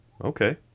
okay